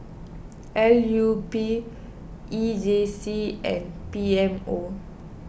L U P E J C and P M O